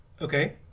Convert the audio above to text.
Okay